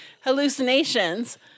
hallucinations